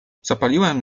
zapaliłem